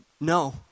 No